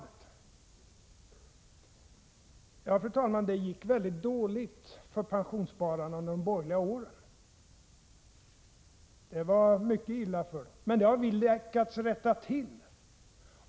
I vad gäller pensionssparandet gick det dåligt för pensionsspararna under de borgerliga åren. Det var mycket illa. Men det har vi lyckats rätta till.